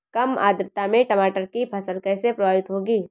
कम आर्द्रता में टमाटर की फसल कैसे प्रभावित होगी?